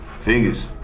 Fingers